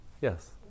Yes